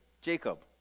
Jacob